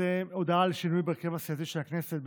הודעה על שינוי בהרכב הסיעתי של הכנסת.